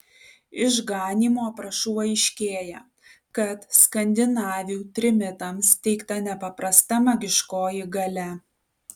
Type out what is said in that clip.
iš ganymo aprašų aiškėja kad skandinavių trimitams teikta nepaprasta magiškoji galia